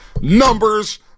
numbers